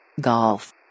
Golf